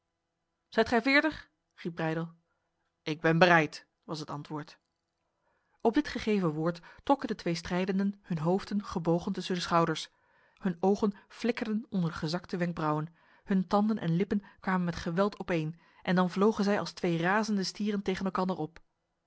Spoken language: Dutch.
zijt gij veerdig riep breydel ik ben bereid was het antwoord op dit gegeven woord trokken de twee strijdenden hun hoofden gebogen tussen de schouders hun ogen flikkerden onder de gezakte wenkbrauwen hun tanden en lippen kwamen met geweld opeen en dan vlogen zij als twee razende stieren tegen elkander op